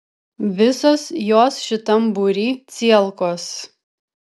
visos jos šitam būry cielkos